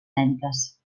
mèdiques